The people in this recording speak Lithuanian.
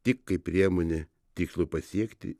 tik kaip priemonė tikslui pasiekti